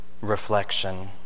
reflection